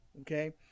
Okay